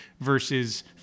versus